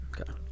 Okay